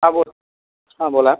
हा बोल हा बोला